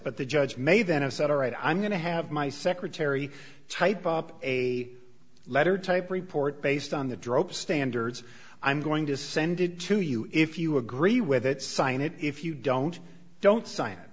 but the judge may then have said all right i'm going to have my secretary type up a letter type report based on the drop standards i'm going to send it to you if you agree with it sign it if you don't don't sign